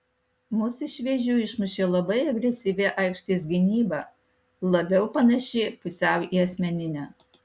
mus iš vėžių išmušė labai agresyvi aikštės gynyba labiau panaši į pusiau asmeninę